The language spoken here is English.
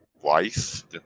wife